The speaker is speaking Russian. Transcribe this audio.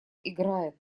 играет